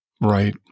Right